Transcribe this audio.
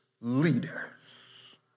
leaders